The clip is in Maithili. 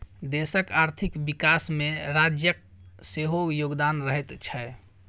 देशक आर्थिक विकासमे राज्यक सेहो योगदान रहैत छै